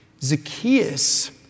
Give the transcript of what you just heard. Zacchaeus